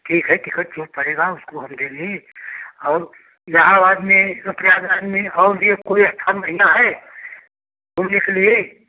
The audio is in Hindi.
ठीक है टिकट जो पड़ेगा उसको हम देंगे और इलाहाबाद में और प्रयागराज में और भी कोई अच्छा महिना है घूमने के लिए